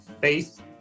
faith